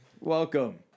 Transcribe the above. Welcome